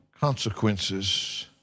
consequences